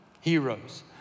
heroes